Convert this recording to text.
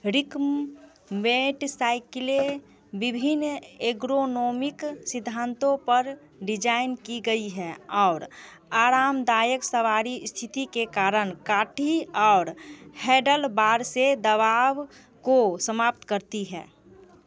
recumbent साइकिलें विभिन्न ergonomic सिद्धांतों पर डिज़ाइन की गई हैं और आरामदायक सवारी स्थिति के कारण काठी और हैंडलबार से दबाव को समाप्त करती हैं